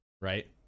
right